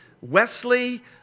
Wesley